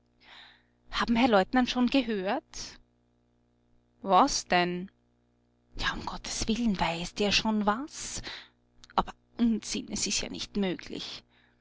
haben herr leutnant schon gehört was denn ja um gotteswillen weiß der schon was aber unsinn es ist ja nicht möglich